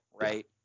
right